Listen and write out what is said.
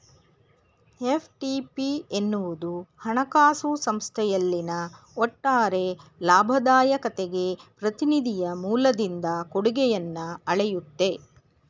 FTP ಎನ್ನುವುದು ಹಣಕಾಸು ಸಂಸ್ಥೆಯಲ್ಲಿನ ಒಟ್ಟಾರೆ ಲಾಭದಾಯಕತೆಗೆ ಪ್ರತಿನಿಧಿಯ ಮೂಲದಿಂದ ಕೊಡುಗೆಯನ್ನ ಅಳೆಯುತ್ತೆ